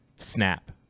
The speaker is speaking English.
snap